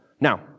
Now